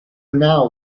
now